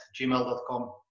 gmail.com